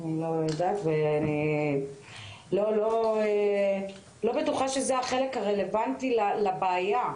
אני לא יודעת ואני לא בטוחה שזה החלק הרלוונטי לבעיה.